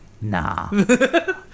Nah